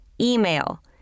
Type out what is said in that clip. Email